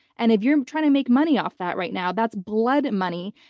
and if you're trying to make money off that right now, that's blood money.